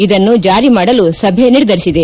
ಇದನ್ನು ಜಾರಿ ಮಾಡಲು ಸಭೆ ನಿರ್ಧರಿಸಿದೆ